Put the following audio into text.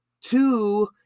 two